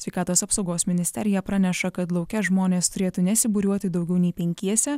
sveikatos apsaugos ministerija praneša kad lauke žmonės turėtų nesibūriuoti daugiau nei penkiese